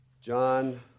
John